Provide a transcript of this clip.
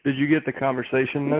you get the conversation